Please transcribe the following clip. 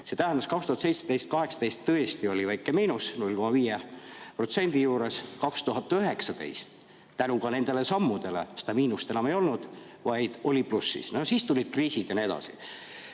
See tähendab, et 2017–2018 tõesti oli väike miinus, 0,5% juures, 2019. aastal tänu nendele sammudele seda miinust enam ei olnud, vaid oli pluss. Siis tulid kriisid ja nii